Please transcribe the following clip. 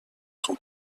son